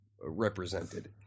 represented